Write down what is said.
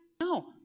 no